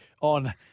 on